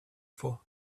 for